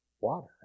water